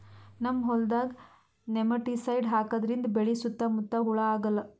ನಮ್ಮ್ ಹೊಲ್ದಾಗ್ ನೆಮಟಿಸೈಡ್ ಹಾಕದ್ರಿಂದ್ ಬೆಳಿ ಸುತ್ತಾ ಮುತ್ತಾ ಹುಳಾ ಆಗಲ್ಲ